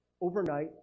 overnight